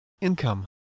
income